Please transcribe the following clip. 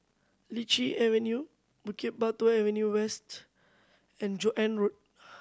Lichi Avenue Bukit Batok Avenue West and Joan Road